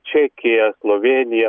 čekija slovėnija